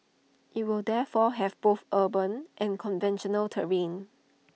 IT will therefore have both urban and conventional terrain